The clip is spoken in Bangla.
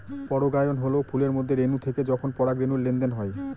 পরাগায়ন হল ফুলের মধ্যে রেনু থেকে যখন পরাগরেনুর লেনদেন হয়